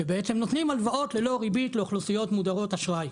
שבעצם נותנים הלוואות ללא ריבית לאוכלוסיות מודרות אשראי.